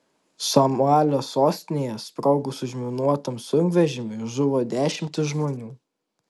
somalio sostinėje sprogus užminuotam sunkvežimiui žuvo dešimtys žmonių